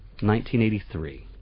1983